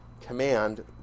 command